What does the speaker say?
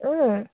অঁ